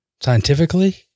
scientifically